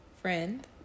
friend